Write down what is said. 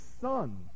son